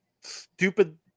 stupid